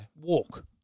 walk